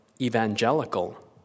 evangelical